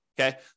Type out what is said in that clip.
okay